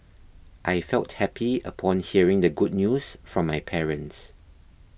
I felt happy upon hearing the good news from my parents